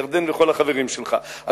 ירדן וכל החברים שלך.